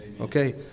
okay